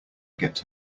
get